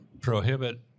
prohibit